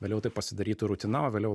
vėliau tai pasidarytų rutina o vėliau